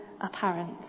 apparent